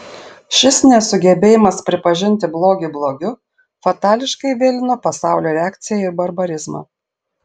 šis nesugebėjimas pripažinti blogį blogiu fatališkai vėlino pasaulio reakciją į barbarizmą